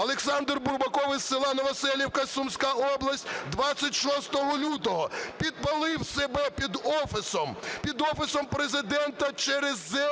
Олександр Бурбаков із села Новоселівка (Сумська область) 26 лютого підпалив себе під Офісом Президента через землю.